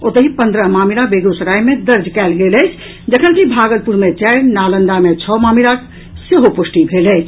ओतहि पन्द्रह मामिला बेगूसराय मे दर्ज कयल गेल अछि जखन कि भागलपुर मे चारि नालंदा मे छओ मामिलाक सेहो पुष्टि भेल अछि